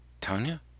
Tanya